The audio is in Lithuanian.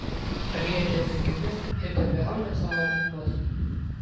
ar jie tebegyvi ir tebeaudžia savo tinklus